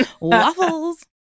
Waffles